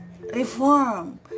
reform